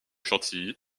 chantilly